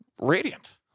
radiant